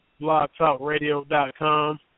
blogtalkradio.com